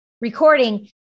recording